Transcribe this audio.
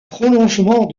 prolongement